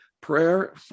Prayer